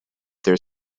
their